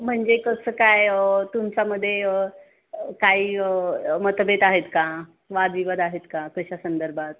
म्हणजे कसं काय तुमच्यामध्ये काही मतभेद आहेत का वादविवाद आहेत का कशासंदर्भात